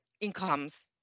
incomes